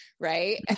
right